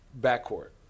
backcourt